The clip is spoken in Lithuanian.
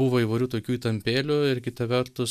buvo įvairių tokių įtampėlių ir kita vertus